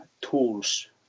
tools